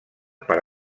per